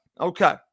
Okay